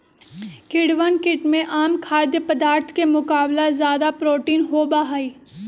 कीड़वन कीट में आम खाद्य पदार्थ के मुकाबला ज्यादा प्रोटीन होबा हई